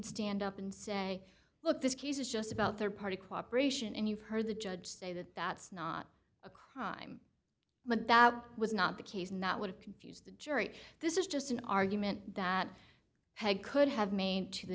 stand up and say look this case is just about their party cooperation and you've heard the judge say that that's not a crime but that was not the case and that would have confused the jury this is just an argument that could have made to the